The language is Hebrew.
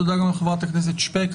תודה גם לחברת הכנסת שפק.